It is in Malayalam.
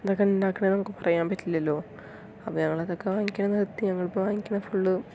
ഇതൊക്കെ ഉണ്ടാക്കണത് എന്ന് നമുക്ക് പറയാൻ പറ്റിലല്ലോ അപ്പം ഞങ്ങൾ അതൊക്കെ വാങ്ങിക്കണത് നിർത്തി ഞങ്ങളിപ്പോൾ വാങ്ങിക്കണത് ഫുള്ള്